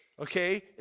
okay